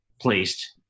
Placed